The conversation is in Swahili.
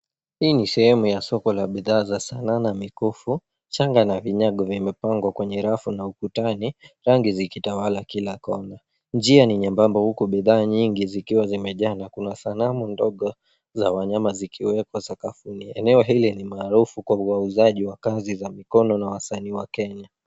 Hii ni sehemu ya soko la bidhaa za sanaa na mikufu ,changa na vinyago vimepangwa kwenye rafu na ukutani rangi zikitawala kila kona, njia ni nyembamba huko bidhaa nyingi zikiwa zimejaa na kuna sanamu ndogo za wanyama zikiwepo sakafuni ,eneo hili ni maarufu kwa wauzaji wa kazi za mikono na wasanii wa Kenya.